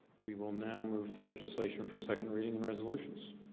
we will now move to legislation for second reading and resolutions,